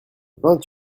vingt